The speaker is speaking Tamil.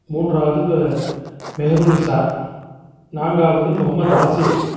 மூன்றாவது மெஹருநிஷா நான்காவது முகமத் ஆசீஃப்